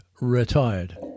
retired